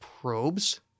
probes